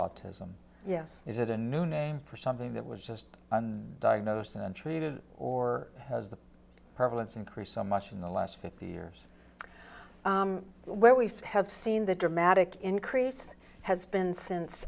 autism yes is it a new name for something that was just diagnosed and treated or has the prevalence increased so much in the last fifty years where we've had seen the dramatic increase has been since